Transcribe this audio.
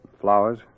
Flowers